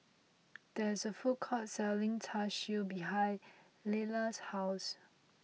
there is a food court selling Char Siu behind Leila's house